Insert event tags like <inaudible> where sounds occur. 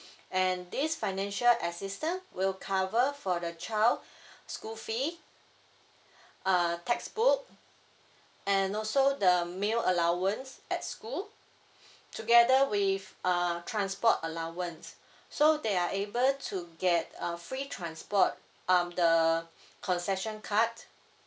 and this financial assistance will cover for the child <breath> school fee uh textbook and also the meal allowance at school together with uh transport allowance so they are able to get a free transport um the concession card